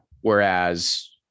Whereas